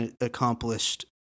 accomplished